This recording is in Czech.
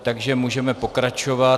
Takže můžeme pokračovat.